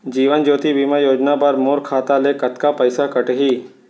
जीवन ज्योति बीमा योजना बर मोर खाता ले कतका पइसा कटही?